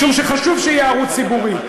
משום שחשוב שיהיה ערוץ ציבורי,